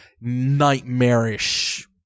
nightmarish